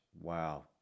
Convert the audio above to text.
wow